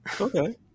Okay